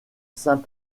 saint